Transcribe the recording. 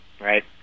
right